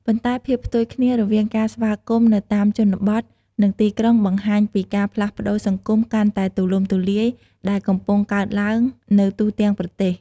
ប៉ុន្តែភាពផ្ទុយគ្នារវាងការស្វាគមន៍នៅតាមជនបទ និងទីក្រុងបង្ហាញពីការផ្លាស់ប្តូរសង្គមកាន់តែទូលំទូលាយដែលកំពុងកើតឡើងនៅទូទាំងប្រទេស។